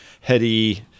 heady